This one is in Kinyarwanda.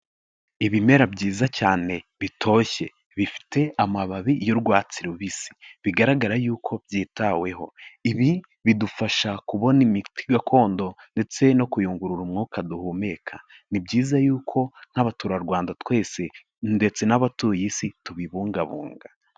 Ibimera byiza cyane bitoshye, bifite amababi y'urwatsi rubisi bigaragara yuko byitaweho, ibi bidufasha kubona imiti gakondo ndetse no kuyungurura umwuka duhumeka. Ni byiza yuko nk'abaturarwanda twese ndetse n'abatuye isi tubibungabunga.